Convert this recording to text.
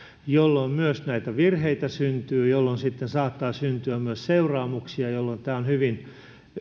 jolloin syntyy myös näitä virheitä jolloin sitten saattaa syntyä myös seuraamuksia jolloin on hyvin